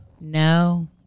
no